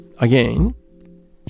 again